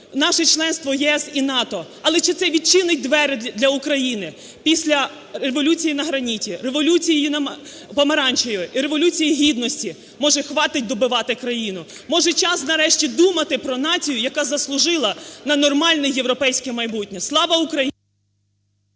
наше членство в ЄС і НАТО, але чи це відчинить двері для України після Революції на граніті, Революції помаранчевої і Революції Гідності? Може хватить добивати країну? Може час, нарешті, думати про націю, яка заслужила на нормальне європейське майбутнє. Слава Україні!